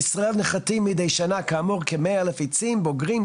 בישראל נכרתים מדי שנה כאמור כ-100 אלף עצים בוגרים,